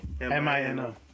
M-I-N-O